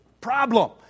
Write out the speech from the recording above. problem